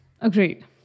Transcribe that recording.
Agreed